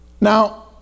Now